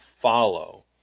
follow